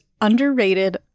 underrated